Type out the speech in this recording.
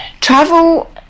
Travel